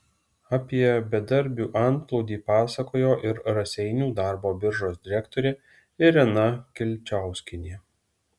apie bedarbių antplūdį pasakojo ir raseinių darbo biržos direktorė irena kilčauskienė